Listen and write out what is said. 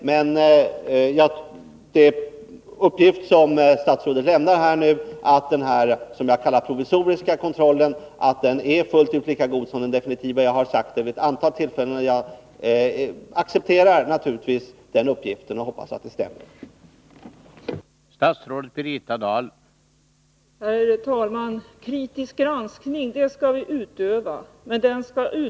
Men den uppgift som statsrådet nu lämnar, att denna, som jag kallar det, provisoriska kontroll är fullt ut lika god som den definitiva, accepterar jag — det har jag sagt vid ett antal tillfällen — och hoppas att den skall stämma.